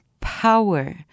power